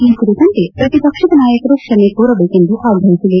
ಈ ಕುರಿತಂತೆ ಪ್ರತಿಪಕ್ಷದ ನಾಯಕರು ಕ್ಷಮೆ ಕೋರಬೇಕೆಂದು ಆಗ್ರಹಿಸಿದೆ